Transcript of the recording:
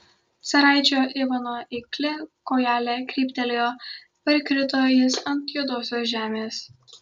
caraičio ivano eikli kojelė kryptelėjo parkrito jis ant juodosios žemės